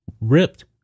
ripped